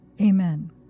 Amen